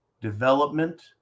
development